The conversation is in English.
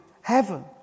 heaven